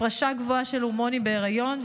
הפרשה גבוהה של הורמונים בהיריון,